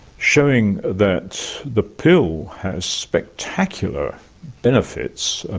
showing that the pill has spectacular benefits. and